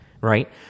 Right